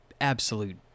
absolute